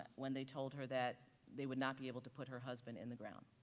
when they told her that they would not be able to put her husband in the ground.